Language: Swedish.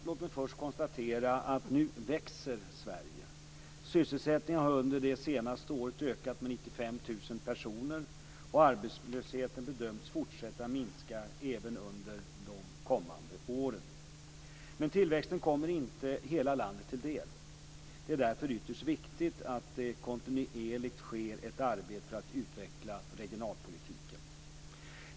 Låt mig först konstatera att nu växer Sverige. Sysselsättningen har under det senaste året ökat med 95 000 personer och arbetslösheten bedöms fortsätta minska även under de kommande åren. Men tillväxten kommer inte hela landet till del. Det är därför ytterst viktigt att det kontinuerligt sker ett arbete för att utveckla regionalpolitiken.